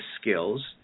skills